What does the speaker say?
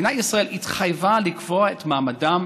מדינת ישראל התחייבה לקבוע את מעמדם